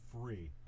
free